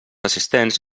assistents